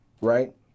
right